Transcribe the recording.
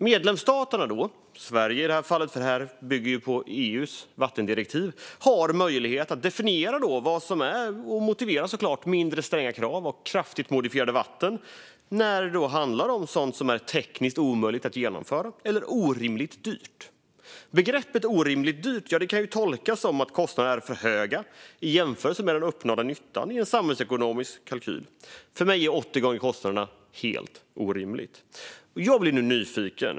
Medlemsstaterna har enligt EU:s vattendirektiv möjlighet att definiera vad som är och motivera mindre stränga krav av kraftigt modifierade vatten när det handlar om sådant som är tekniskt omöjligt att genomföra eller orimligt dyrt. Begreppet "orimligt dyrt" kan ju tolkas som att kostnaderna är för höga i jämförelse med den uppnådda nyttan i en samhällsekonomisk kalkyl. För mig är åttio gånger kostnaderna helt orimligt.